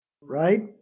right